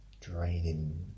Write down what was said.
draining